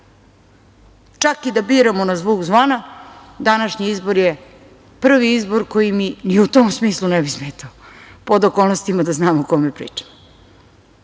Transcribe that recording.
Čak i da biramo na zvuk zvona, današnji izbor je prvi izbor koji mi ni u tom smetao pod okolnostima da znano o kome pričamo. Mnogo